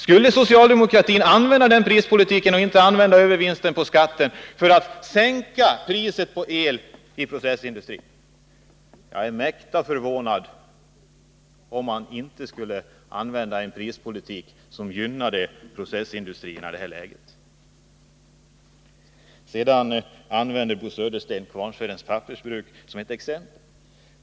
Skulle socialdemokratin vilja tillämpa en sådan prispolitik i stället för att använda övervinsten för att sänka priset på el i processindustrin? Jag skulle bli mäkta förvånad om man inte skulle tillämpa en prispolitik som gynnar processindustrierna i ett sådant läge. Bo Södersten anförde Kvarnsvedens pappersbruk som ett exempel.